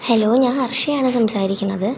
hello ഞാൻ ഹർഷയാണ് സംസാരിക്കുന്നത്